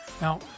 now